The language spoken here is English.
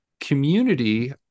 community